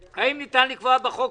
למה אתם לא נותנים לנו לדבר?